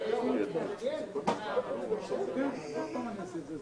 אין סיבה לפטור מחובת הנחה.